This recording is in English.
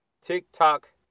TikTok